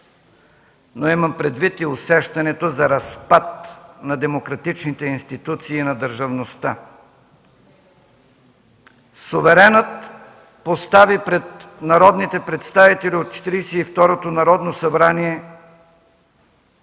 но имам предвид и усещането за разпад на демократичните институции и на държавността. Суверенът постави пред народните представители от Четиридесет и